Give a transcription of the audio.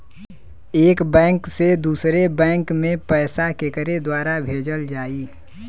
एक बैंक से दूसरे बैंक मे पैसा केकरे द्वारा भेजल जाई?